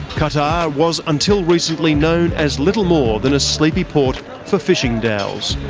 qatar was until recently known as little more than a sleepy port for fishing dhows.